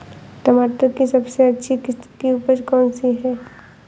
टमाटर की सबसे अच्छी किश्त की उपज कौन सी है?